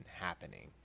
happening